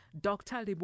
dr